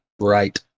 right